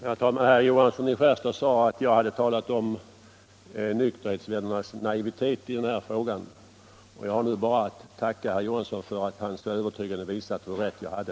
Herr talman! Herr Johansson i Skärstad sade att jag hade talat om nykterhetsvännernas naivitet i den här frågan. Jag har nu bara att tacka herr Johansson för att han så övertygande har visat hur rätt jag hade.